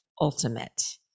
ultimate